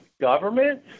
government